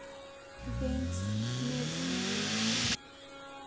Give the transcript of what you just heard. Bank में ऋण मिलते?